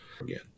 again